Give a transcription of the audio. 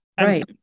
Right